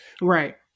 right